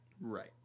Right